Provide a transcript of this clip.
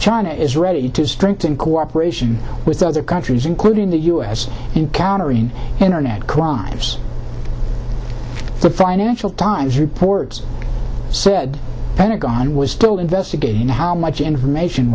china is ready to strengthen cooperation with other countries including the u s in countering internet crimes the financial times reports said pentagon was still investigating how much information